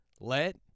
Let